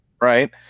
right